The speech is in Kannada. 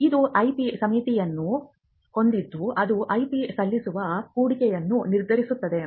ಇದು IP ಸಮಿತಿಯನ್ನು ಹೊಂದಿದ್ದು ಅದು IP ಸಲ್ಲಿಸಲು ಹೂಡಿಕೆಯನ್ನು ನಿರ್ಧರಿಸುತ್ತದೆ